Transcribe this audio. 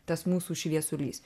tas mūsų šviesulys